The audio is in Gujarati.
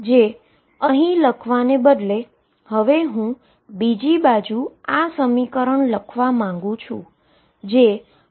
જે અહીં લખવાને બદલે હવે હું બીજી બાજુ માટે આ સમીકરણ લખવા માંગુ છું